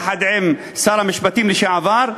יחד עם שר המשפטים לשעבר,